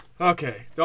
Okay